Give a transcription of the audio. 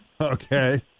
Okay